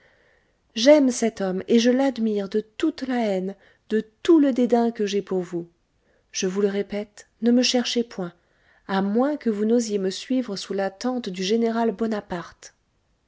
j'aime cet homme et je l'admire de toute la haine de tout le dédain que j'ai pour vous je vous le répète ne me cherhez point à moins que vous n'osiez me suivre sous la tente de général bonaparte